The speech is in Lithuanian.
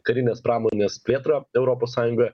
karinės pramonės plėtrą europos sąjungoje